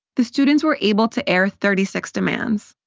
the students were able to air thirty six demands.